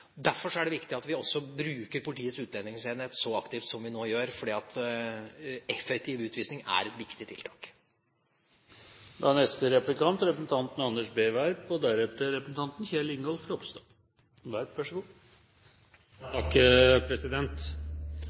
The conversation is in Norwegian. Derfor er det viktig at vi også bruker Politiets utlendingsenhet så aktivt som vi nå gjør, fordi effektiv utvisning er et viktig